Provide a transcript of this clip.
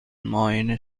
معاینه